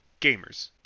gamers